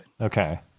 Okay